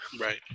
Right